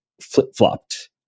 flip-flopped